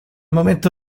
momento